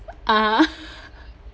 ah